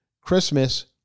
Christmas